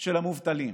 של המובטלים?